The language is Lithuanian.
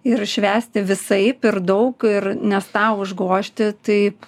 ir švęsti visaip ir daug ir nes tą užgožti taip